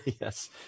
Yes